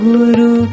Guru